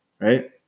right